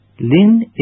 Lin